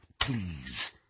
Please